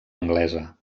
anglesa